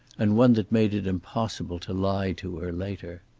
and one that made it impossible to lie to her later.